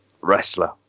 wrestler